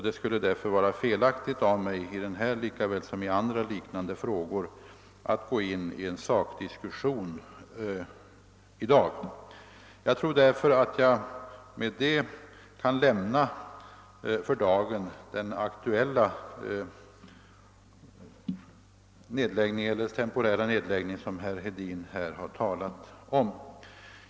Det skulle därför vara felaktigt av mig i denna lika väl som i andra liknande frågor att gå in i en sakdiskussion i dag. Jag tror att jag med detta för dagen kan lämna den temporära nedläggning som herr Hedin har talat om.